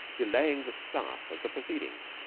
delaying the start of the proceedings.